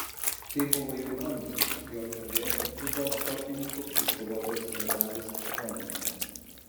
tai buvo jau antras jav dziudo sportininkų iškovotas medalis londone